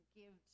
give